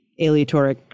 aleatoric